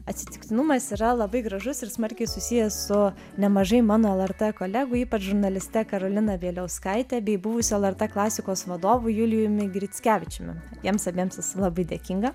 atsitiktinumas yra labai gražus ir smarkiai susijęs su nemažai mano lrt kolegų ypač žurnaliste karolina bieliauskaite bei buvusio lrt klasikos vadovu julijumi grickevičiumi jiems abiems esu labai dėkinga